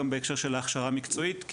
גם בהקשר של ההכשרה המקצועית,